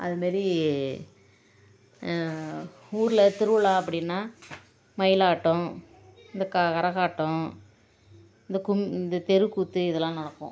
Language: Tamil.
அது மாரி ஊரில் திருவிழா அப்படின்னா மயிலாட்டம் இந்த கரகாட்டம் இந்த கும் இந்த தெருக்கூத்து இதெலாம் நடக்கும்